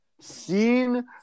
seen